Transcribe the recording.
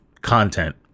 content